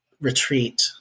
retreat